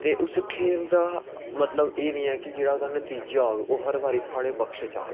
ते उस खेल दा मतलब एह् नेईं ऐ कि जेह्ड़ा उसदा नतीजा होग ओह् हर बारी थुआढ़े पक्ष च आग